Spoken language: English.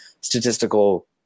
statistical